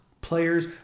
players